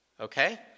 Okay